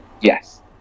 Yes